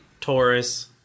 Taurus